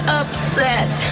upset